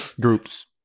Groups